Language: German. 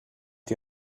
die